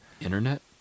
Internet